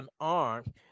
unarmed